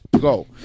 Go